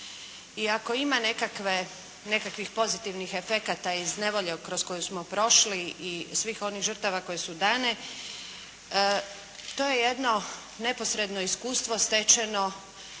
i ako ima nekakvih pozitivnih efekata iz nevolje kroz koju smo prošli i svih onih žrtava koje su dane to je jedno neposredno iskustvo stečeno